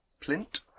plint